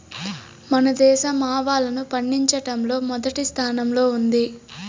మన దేశం ఆవాలను పండిచటంలో మొదటి స్థానం లో ఉంది